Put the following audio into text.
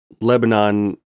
Lebanon